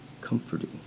Comforting